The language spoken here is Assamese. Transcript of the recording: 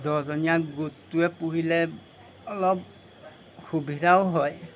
দহজনীয়া গোটটোৱে পুহিলে অলপ সুবিধাও হয়